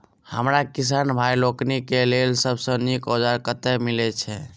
हमरा किसान भाई लोकनि केँ लेल सबसँ नीक औजार कतह मिलै छै?